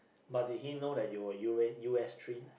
but did he know that you were you were in U stream